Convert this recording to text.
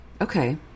Okay